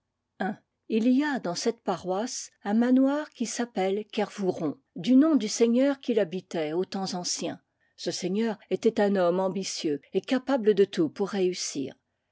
il y a dans cette paroisse un manoir qui s'appelle kervouron du nom du seigneur qui l'habitait aux temps an ciens ce seigneur était un homme ambitieux et capable de tout pour réussir